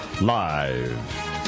Live